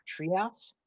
Treehouse